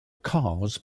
cars